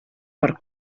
per